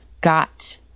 got